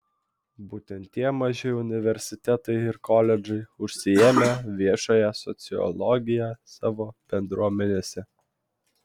būtent tie maži universitetai ir koledžai užsiėmė viešąja sociologija savo bendruomenėse